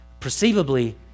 perceivably